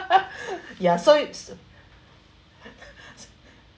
ya so it's so